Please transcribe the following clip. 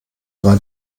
drei